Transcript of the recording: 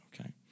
Okay